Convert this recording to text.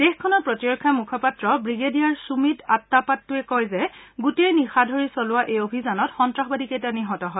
দেশখনৰ প্ৰতিৰক্ষা মুখপাত্ৰ ৱিগেডিয়াৰ সুমিট আটাপাটুৱে কয় যে গোটেই নিশা ধৰি চলোৱা এই অভিযানত সন্তাসবাদী কেইটা নিহত হয়